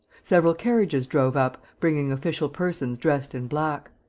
several carriages drove up, bringing official persons dressed in black.